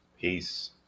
peace